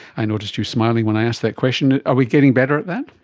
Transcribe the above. i noticed you smiling when i asked that question. are we getting better at that?